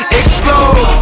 explode